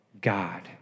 God